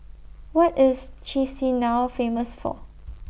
What IS Chisinau Famous For